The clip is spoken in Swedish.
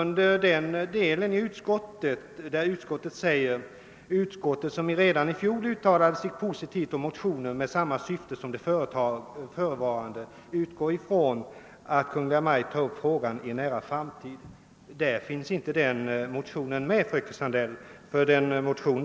När utskottet säger att »Utskottet, som redan i fjol uttalade sig positivt om motioner med samma syfte som de förevarande, utgår ifrån att Kungl Maj:t tar upp frågan i en nära framtid,» så syftar utskottet inte på de motioner jag talade om, fröken Sandell.